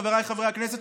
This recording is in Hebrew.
חבריי חברי הכנסת,